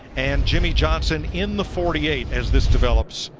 and jimmy johnson in the forty eight as this develops.